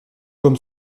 comme